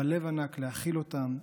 אבל לב ענק להכיל אותם,